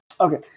Okay